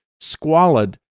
squalid